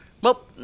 Well